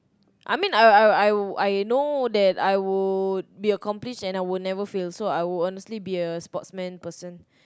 I mean I I I'll I know that I would be accomplished and I will never fail so I would honestly be a sportsman person